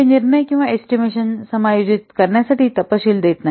हे निर्णय किंवा एस्टिमेशन समायोजित करण्यासाठी तपशील देत नाही